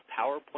PowerPoint